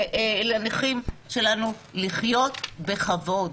לנכים שלנו לחיות בכבוד.